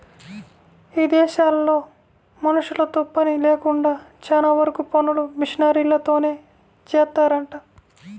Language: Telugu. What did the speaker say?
ఇదేశాల్లో మనుషులతో పని లేకుండా చానా వరకు పనులు మిషనరీలతోనే జేత్తారంట